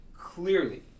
clearly